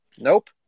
Nope